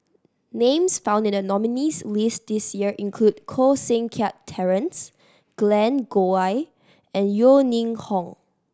names found in the nominees' list this year include Koh Seng Kiat Terence Glen Goei and Yeo Ning Hong